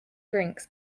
drinks